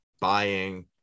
buying